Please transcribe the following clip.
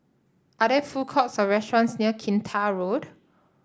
are there food courts or restaurants near Kinta Road